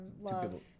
Love